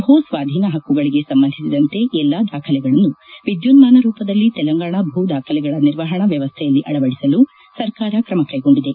ಭೂಸ್ವಾದೀನ ಹಕ್ಕುಗಳಿಗೆ ಸಂಬಂಧಿಸಿದಂತೆ ಎಲ್ಲ ದಾಖಲೆಗಳನ್ನು ವಿದ್ಯುನ್ನಾನ ರೂಪದಲ್ಲಿ ತೆಲಂಗಾಣ ಭೂ ದಾಖಲೆಗಳ ನಿರ್ವಹಣಾ ವ್ಯವಸ್ಥೆಯಲ್ಲಿ ಅಳವಡಿಸಲು ಸರ್ಕಾರ ತ್ರಮ ಕೈಗೊಂಡಿದೆ